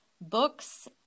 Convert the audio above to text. books